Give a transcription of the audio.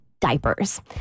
diapers